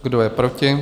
Kdo je proti?